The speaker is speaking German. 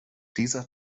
dieser